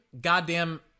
goddamn